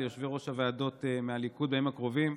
יושבי-ראש הוועדות מהליכוד בימים הקרובים,